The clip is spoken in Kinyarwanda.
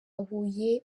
huye